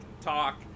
talk